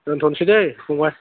दोन्थ'नोसै दै फंबय